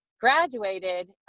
graduated